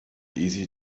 easy